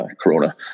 Corona